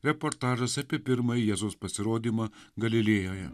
reportažas apie pirmąjį jėzaus pasirodymą galilėjoje